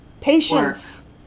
patience